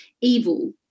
evil